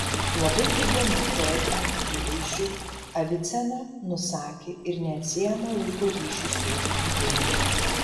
labai įdomiu poetiniu įvaizdžiu avicena nusakė ir neatsiejamą laiko ryšį su judėjimu